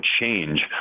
change